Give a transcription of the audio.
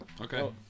Okay